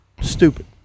Stupid